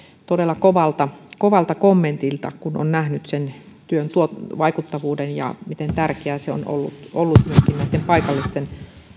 todella kovalta kovalta kommentilta kun on nähnyt sen työn vaikuttavuuden ja sen miten tärkeää se on ollut myöskin näitten paikallisten